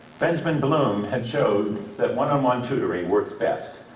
benjamin bloom had shown that one on one tutoring works best,